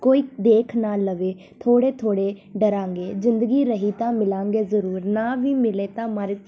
ਕੋਈ ਦੇਖ ਨਾ ਲਵੇ ਥੋੜ੍ਹੇ ਥੋੜ੍ਹੇ ਡਰਾਂਗੇ ਜ਼ਿੰਦਗੀ ਰਹੀ ਤਾਂ ਮਿਲਾਂਗੇ ਜ਼ਰੂਰ ਨਾ ਵੀ ਮਿਲੇ ਤਾਂ ਮਰ